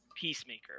Peacemaker